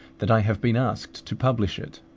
that i have been asked to publish it.